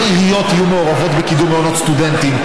עיריות יהיו מעורבות בקידום מעונות סטודנטים.